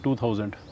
2000